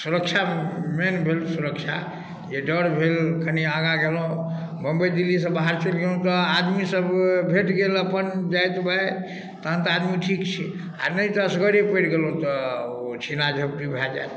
सुरक्षा मेन भेल सुरक्षा जे डर भेल कनिएँ आगाँ गेलहुॅं बम्बइ दिल्लीसऽ बाहर चलि गेलहुॅं तऽ आदमी सब भेट गेल सब अपन जाइत भाइ तहन तऽ आदमी ठीक छी आ नहि तऽ असगरे परि गेलहुॅं तऽ ओ छीना झपटी भऽ जायत